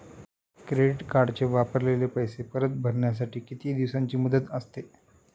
Credit कार्डचे वापरलेले पैसे परत भरण्यासाठी किती दिवसांची मुदत असते?